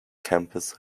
campus